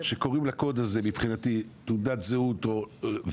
שקוראים לקוד הזה מבחינתי תעודת זהות או,